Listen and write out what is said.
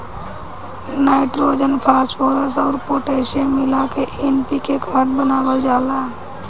nitrogen, phosphorus अउर potassium मिला के एन.पी.के खाद बनावल जाला